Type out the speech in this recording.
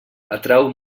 atrau